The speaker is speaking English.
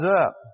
up